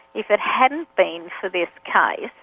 if it hadn't been for this case,